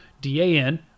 D-A-N